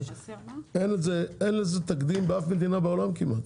אין לזה תקדים באף מדינה בעולם כמעט.